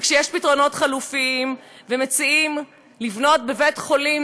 וכשיש פתרונות חלופיים ומציעים לבנות בבית-חולים